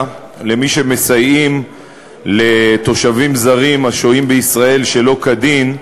של מי שמסייעים לתושבים זרים השוהים בישראל שלא כדין,